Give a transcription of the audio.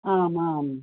आमाम्